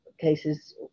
cases